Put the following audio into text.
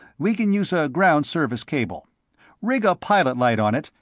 we can use a ground-service cable rig a pilot light on it,